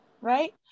Right